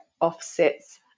offsets